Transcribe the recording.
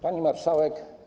Pani Marszałek!